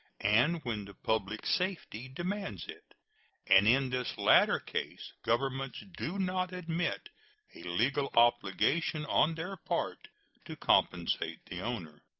and when the public safety demands it and in this latter case governments do not admit a legal obligation on their part to compensate the owner.